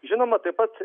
žinoma taip pat